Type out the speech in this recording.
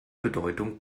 bedeutung